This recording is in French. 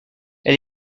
elle